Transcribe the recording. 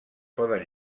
poden